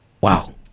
wow